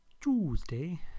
Tuesday